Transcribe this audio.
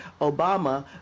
Obama